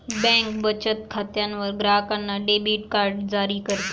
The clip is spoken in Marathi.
बँक बचत खात्यावर ग्राहकांना डेबिट कार्ड जारी करते